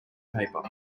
paper